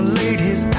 ladies